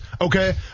Okay